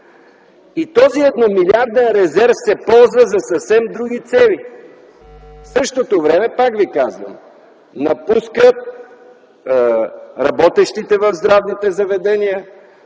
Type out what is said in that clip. и този едномилиарден резерв се ползва за съвсем други цели. В същото време, пак Ви казвам, напускат работещите в здравните заведения,